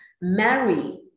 marry